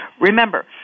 Remember